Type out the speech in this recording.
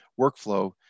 workflow